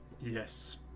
Yes